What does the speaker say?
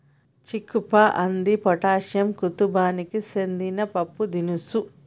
చిక్ పా అంది ఫాటాసియా కుతుంబానికి సెందిన పప్పుదినుసు